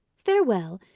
farewell,